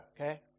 okay